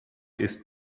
ist